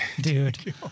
dude